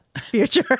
future